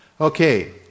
Okay